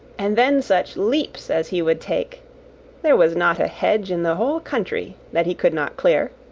and then such leaps as he would take there was not a hedge in the whole country that he could not clear.